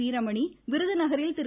வீரமணி விருதுநகரில் திரு